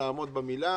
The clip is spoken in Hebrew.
לעמוד במילה,